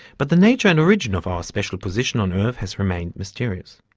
but the nature and origin of our special position on earth has remained mysterious.